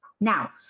Now